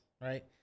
right